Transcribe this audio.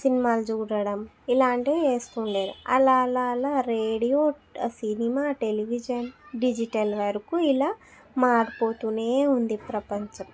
సినిమాలు చూడడం ఇలాంటివి చేస్తూ ఉండేది అలా అలా అలా రేడియో సినిమా టెలివిజన్ డిజిటల్ వరకు ఇలా మారిపోతూనే ఉంది ప్రపంచం